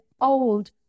old